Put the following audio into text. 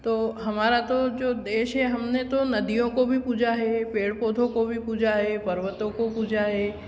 तो हमारा तो जो देश है हमने तो नदियों को पूजा है पेड़ पौधो को भी पूजा है पर्वतों को पूजा है